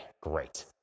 great